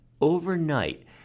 Overnight